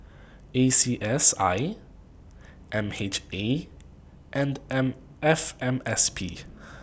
A C S I M H A and N F M S P